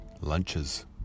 Lunches